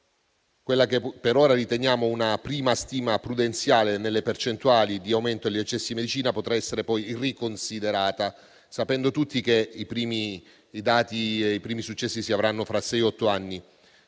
che per ora riteniamo una prima stima prudenziale nelle percentuali di aumento degli accessi alla facoltà di medicina, potrà essere poi riconsiderata, sapendo tutti che i primi successi si avranno fra sei-otto anni